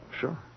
Sure